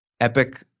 epic